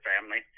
family